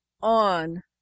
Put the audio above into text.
on